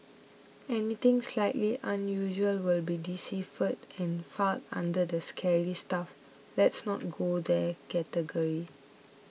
anything slightly unusual will be deciphered and filed under the scary stuff let's not go there category